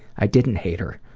i didn't hate her.